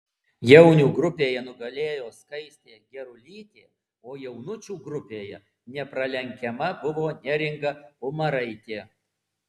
jaunių grupėje nugalėjo skaistė gerulytė o jaunučių grupėje nepralenkiama buvo neringa umaraitė